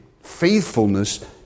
faithfulness